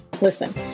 Listen